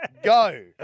Go